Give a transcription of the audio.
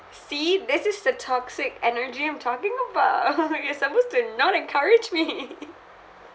see there's this the toxic energy I'm talking about you are supposed to not encourage me